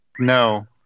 No